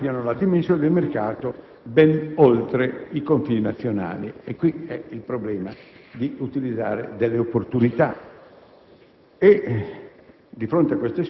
Tali sfide, nello stesso tempo, ampliano la dimensione del mercato ben oltre i confini nazionali e qui è il problema di utilizzare delle opportunità.